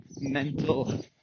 mental